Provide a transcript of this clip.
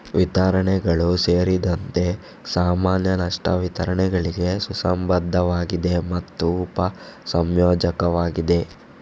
ವಿತರಣೆಗಳು ಸೇರಿದಂತೆ ಸಾಮಾನ್ಯ ನಷ್ಟ ವಿತರಣೆಗಳಿಗೆ ಸುಸಂಬದ್ಧವಾಗಿದೆ ಮತ್ತು ಉಪ ಸಂಯೋಜಕವಾಗಿದೆ